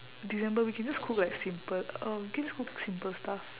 december we can just cook like simple uh we can just cook simple stuff